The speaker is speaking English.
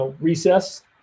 recess